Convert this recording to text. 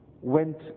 went